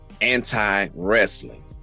anti-wrestling